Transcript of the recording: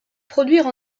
produire